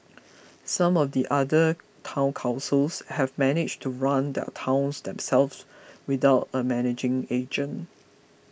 some of the other Town Councils have managed to run their towns themselves without a managing agent